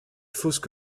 fosses